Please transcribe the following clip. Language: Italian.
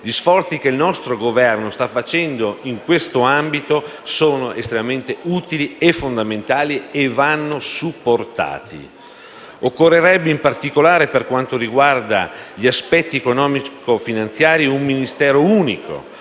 Gli sforzi che il nostro Governo sta compiendo in questo senso sono estremamente utili e fondamentali e devono essere supportati. Occorrerebbe, in particolare per quanto riguarda gli aspetti economico-finanziari, un Ministero unico